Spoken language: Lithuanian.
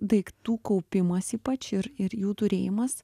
daiktų kaupimas ypač ir ir jų turėjimas